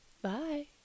Bye